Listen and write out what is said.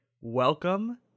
Welcome